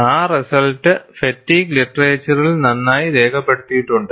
ആ results fatigue ലിറ്ററേച്ചറിൽ നന്നായി രേഖപ്പെടുത്തിയിട്ടുണ്ട്